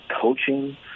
coaching